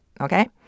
okay